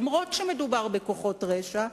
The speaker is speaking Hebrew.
אף-על-פי שמדובר בכוחות רשע,